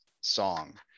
song